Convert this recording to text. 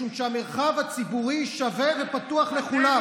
משום שהמרחב הציבורי שווה ופתוח לכולם.